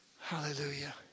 Hallelujah